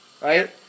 Right